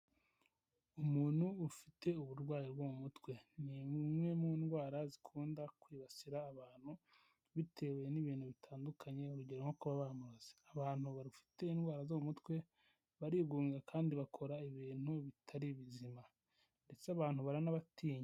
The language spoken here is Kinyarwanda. Umuntu ufite uburwayi bwo mu mutwe ni imwe mu ndwara zikunda kwibasira abantu bitewe n'ibintu bitandukanye urugero nko kuba bamuroze abantu bafite indwara zo mu mutwe barigunga kandi bakora ibintu bitari bizima ndetse abantu baranabatinya.